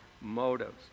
motives